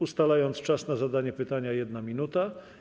Ustalam czas na zadanie pytania - 1 minuta.